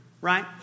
right